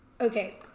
Okay